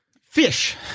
Fish